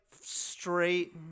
Straight